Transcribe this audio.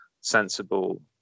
sensible